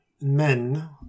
men